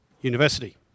University